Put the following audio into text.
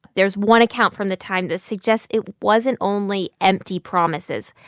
there's one account from the time that suggests it wasn't only empty promises,